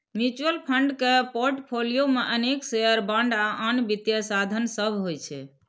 mutual fund के portfolio मे अनेक शेयर, बांड आ आन वित्तीय साधन सभ होइ छै